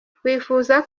twifuza